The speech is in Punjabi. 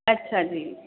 ਅੱਛਾ ਜੀ